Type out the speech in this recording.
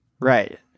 right